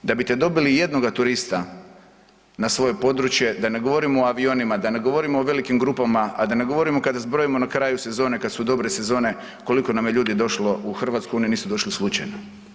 Da bite dobili jednoga turista na svoje područje, da ne govorimo o avionima, da ne govorimo o velikim grupama, a da ne govorimo kada zbrojimo na kraju sezone kad su dobre sezone koliko nam je ljudi došlo u Hrvatske, oni nisu došli slučajno.